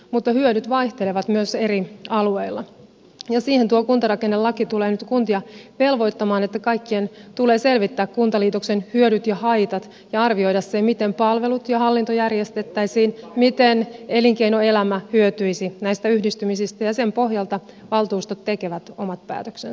mutta hyödyt vaihtelevat myös eri alueilla ja siihen tuo kuntarakennelaki tulee nyt kuntia velvoittamaan että kaikkien tulee selvittää kuntaliitoksen hyödyt ja haitat ja arvioida se miten palvelut ja hallinto järjestettäisiin miten elinkeinoelämä hyötyisi näistä yhdistymisistä ja sen pohjalta valtuustot tekevät omat päätöksen